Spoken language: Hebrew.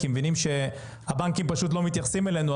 כי מבינים שהבנקים לא מתייחסים אלינו,